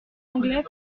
anglais